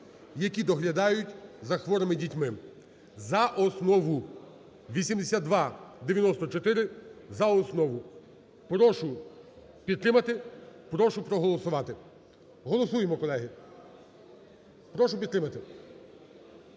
які доглядають за хворими дітьми, за основу. 8294 – за основу. Прошу підтримати. Прошу проголосувати. Голосуємо, колеги. Прошу підтримати.